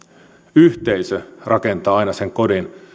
yhteisö rakentaa aina sen kodin